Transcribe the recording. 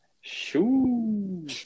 Shoo